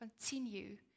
continue